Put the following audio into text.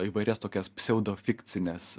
įvairias tokias pseudofikcines